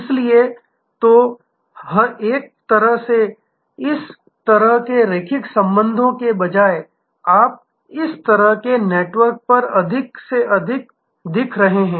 इसलिए तो एक तरह से इस तरह के रैखिक संपर्कों के बजाय आप इस तरह के नेटवर्क पर अधिक से अधिक दिख रहे हैं